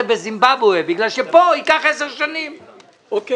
בזימבבווה כי כאן יעברו 10 שנים עד שזה יקרה.